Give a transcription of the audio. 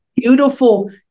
beautiful